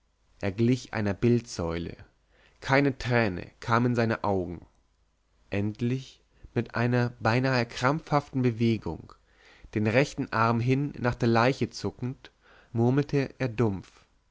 er glich einer bildsäule keine träne kam in seine augen endlich mit einer beinahe krampfhaften bewegung den rechten arm hin nach der leiche zuckend murmelte er dumpf